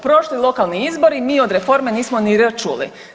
Prošli lokalni izbori mi od reforme nismo ni R čuli.